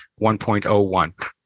1.01